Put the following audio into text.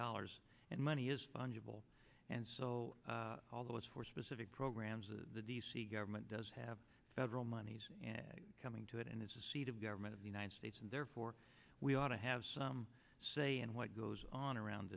dollars and money is fungible and so all those four specific programs the d c government does have federal monies coming to it and it's a seat of government of the united states and therefore we ought to have some say in what goes on around